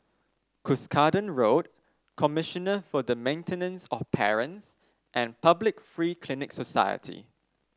Cuscaden Road Commissioner for the Maintenance of Parents and Public Free Clinic Society